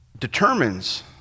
determines